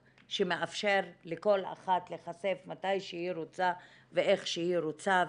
שמאפשר לכל אחת להיחשף מתי שהיא רוצה ואיך שהיא רוצה.